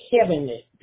heavenly